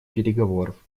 переговоров